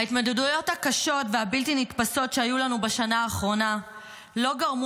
ההתמודדויות הקשות והבלתי נתפסות שהיו לנו בשנה האחרונה לא גרמו